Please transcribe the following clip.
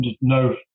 no